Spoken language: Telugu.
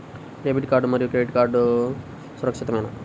డెబిట్ కార్డ్ మరియు క్రెడిట్ కార్డ్ సురక్షితమేనా?